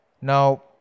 now